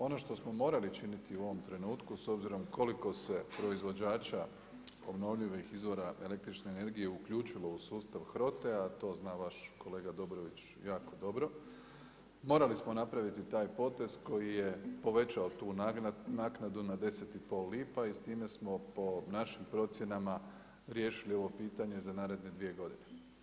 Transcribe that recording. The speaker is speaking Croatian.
Ono što smo morali činiti u ovom trenutku s obzirom koliko se proizvođača obnovljivih izvora električne energije uključilo u sustav HROT-a, to zna vaš kolega Dobrović jako dobro, morali smo napraviti taj potez koji je povećao tu naknadu na 10 i pol lipa i s time smo po našim procjenama, riješili ovo pitanje za naredne dvije godine.